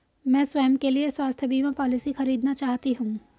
मैं स्वयं के लिए स्वास्थ्य बीमा पॉलिसी खरीदना चाहती हूं